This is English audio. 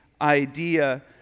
idea